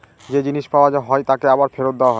যে জিনিস পাওয়া হয় তাকে আবার ফেরত দেওয়া হয়